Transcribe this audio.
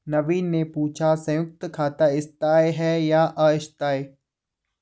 नवीन ने पूछा संयुक्त खाता स्थाई है या अस्थाई